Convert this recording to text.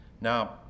Now